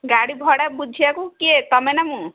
ଗାଡ଼ି ଭଡ଼ା ବୁଝିବାକୁ କିଏ ତୁମେ ନା ମୁଁ